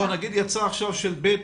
נגיד יצא עכשיו מבית